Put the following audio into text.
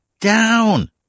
down